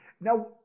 Now